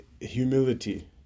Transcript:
humility